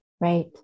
Right